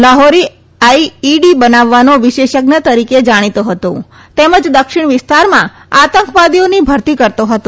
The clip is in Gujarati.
લાહૌરીને આઈઈડી બનાવવાનો વિશેષજ્ઞ તરીકે જાણીતો હતો તેમજ દક્ષિણ વિસ્તારમાં આતંકવાદીઓની ભરતી કરતો હતો